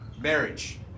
Marriage